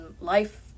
life